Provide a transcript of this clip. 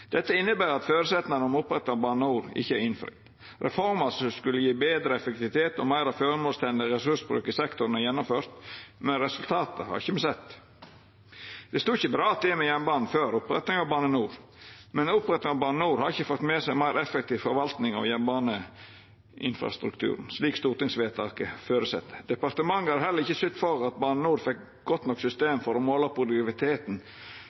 Dette inneber at føresetnaden for å oppretta Bane NOR ikkje er innfridd. Reforma som skulle gje betre effektivitet og meir føremålstenleg ressursbruk i sektoren, er gjennomført, men resultatet har me ikkje sett. Det stod ikkje bra til med jernbanen før opprettinga av Bane NOR, men opprettinga av Bane NOR har ikkje ført med seg meir effektiv forvaltning av jernbaneinfrastrukturen, slik stortingsvedtaket føresette. Departementet har heller ikkje sytt for at Bane NOR fekk eit godt nok system for å måla produktiviteten